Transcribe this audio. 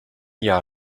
jahr